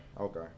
okay